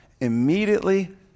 immediately